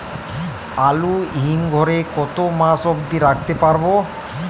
আলু হিম ঘরে কতো মাস অব্দি রাখতে পারবো?